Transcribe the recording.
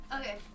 Okay